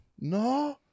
No